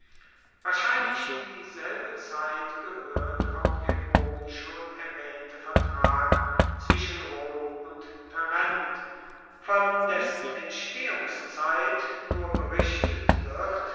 wahrscheinlich in dieselbe zeit gehoert auch der oben schon erwaehnte vertrag zwischen rom und tarent von dessen entstehungszeit nur berichtet wird